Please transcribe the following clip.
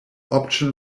option